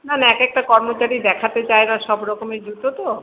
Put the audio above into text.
নাহলে এক একটা কর্মচারী দেখাতে চায় না সব রকমের জুতো তো